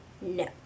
No